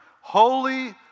Holy